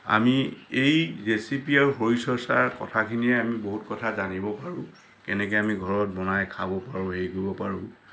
আমি এই ৰেচিপি আৰু শৰীৰ চৰ্চাৰ কথাখিনিয়ে আমি বহুত কথা জানিব পাৰোঁ কেনেকৈ আমি ঘৰত বনাই খাব পাৰোঁ হেৰি কৰিব পাৰোঁ